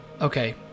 okay